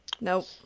Nope